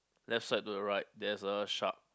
left side to the right there's a shark